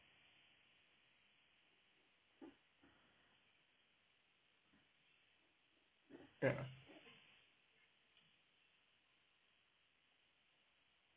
ya